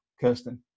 Kirsten